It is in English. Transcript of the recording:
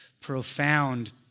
profound